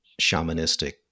shamanistic